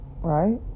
right